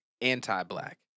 anti-black